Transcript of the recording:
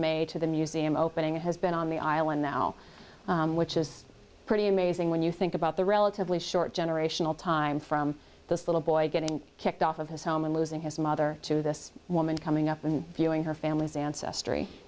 may to the museum opening and has been on the island now which is pretty amazing when you think about the relatively short generational time from this little boy getting kicked off of his home and losing his mother to this woman coming up and viewing her family's ancestry